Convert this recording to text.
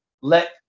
let